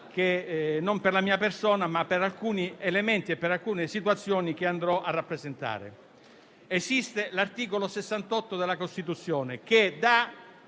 non per la mia persona, ma per alcuni elementi e per alcune situazioni che andrò a rappresentare. Esiste l'articolo 68 della Costituzione, che dà,